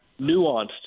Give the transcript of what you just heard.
nuanced